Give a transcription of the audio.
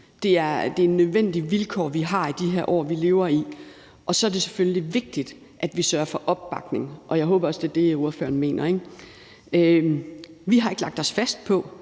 Det er et nødvendigt vilkår, vi har i de her år, vi lever i, og så er det selvfølgelig vigtigt, at vi sørger for opbakning, og jeg håber også, det er det, ordføreren mener. Vi har ikke lagt os fast på,